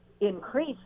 increase